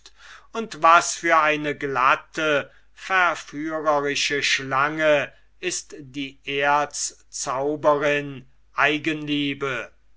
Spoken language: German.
und was für eine glatte verführerische schlange ist die große erzzauberin eigenliebe